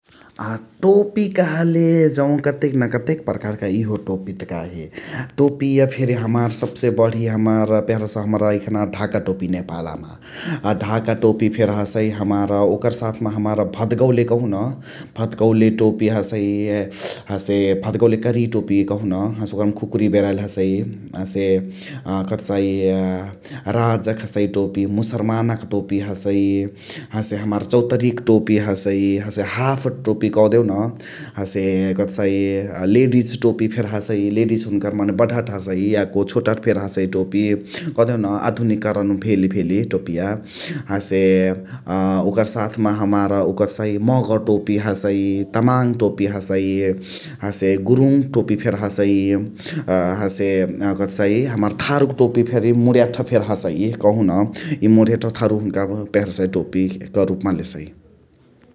अ टोपी कहले जौ कतेन कतेक पर्कारक इहो टोपी त काही । टोपिया फेरी हमार सबसे बण्ही हमार पेहरसहु एखना ढाका टोपी नेपालम । अ ढाका टोपी फेरी हसइ हमार ओकरमा साथमा हमार भदगउले कहुन । भदगउले टोपी हसइ । हसे भदगउले कारीया टोपी कहुन हसे ओकरमा खुकुरी बेराइली हसइ । हसे अ कथसाइ अ राजा क हसइ टोपि, मुसरमानक टोपी हसइ । हसे हमार चौतरियाक टोपी हसइ । हसे हाफ टोपी कदेउन । हसे कथसाइ लेडिस टोपी फेरी हसइ लेडिस हुनुकर बडहट हसइ याको छोटहट फेरी हसइ टोपी कदेउन आधुनिकरणा भेली भेली टोपिया । हसे अ ओकर साथ मा हमार उ कथसाइ मगर टोपी हसइ, तामाङ टोपी हसइ हसे गुरुङ टोपी फेरी हसइ । अ हसे कथसाइ हमार थारु क टोपी फेरी मुणयाठा फेइ हसइ इहे कहुन इ मुणयाठवा थारु हुन्का पेहरसइ टोपी क रुपमा लेसइ ।